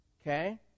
Okay